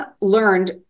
learned